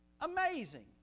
Amazing